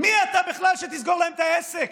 מי אתה בכלל שתסגור להם את העסק?